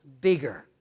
bigger